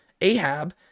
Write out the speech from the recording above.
Ahab